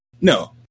No